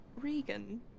Regan